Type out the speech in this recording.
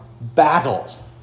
Battle